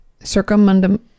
Circumundum